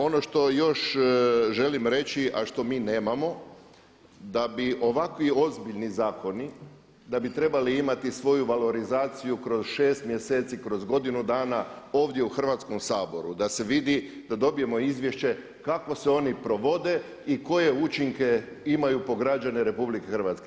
Ono što još želim reći a što mi nemamo da bi ovakvi ozbiljni zakoni da bi trebali imati svoju valorizaciju kroz 6 mjeseci, kroz godinu dana ovdje u Hrvatskom saboru da se vidi, da dobijemo izvješće kako se oni provode i koje učinke imaju po građane RH.